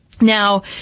Now